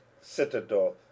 citadel